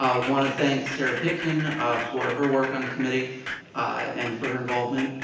um wanna thank sarah pitkins um for her work on the committee and for her involvement.